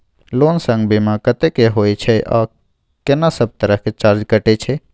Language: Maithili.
लोन संग बीमा कत्ते के होय छै आ केना सब तरह के चार्ज कटै छै?